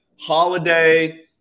Holiday